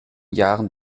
jahren